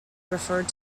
referred